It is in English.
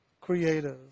creative